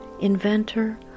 inventor